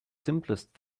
simplest